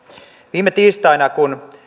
viime tiistaina kun